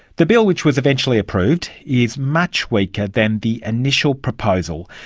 the bill, which was eventually approved, is much weaker than the initial proposal,